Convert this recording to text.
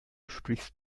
sprichst